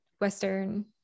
Western